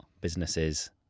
businesses